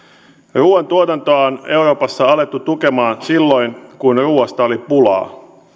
ruuantuotantoa on euroopassa alettu tukemaan silloin kun ruuasta oli pulaa